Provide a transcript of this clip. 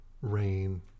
rain